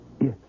Yes